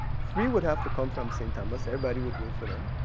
three would have to come from st. thomas. everybody would vote for them.